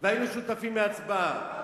והיינו שותפים להצבעה.